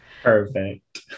Perfect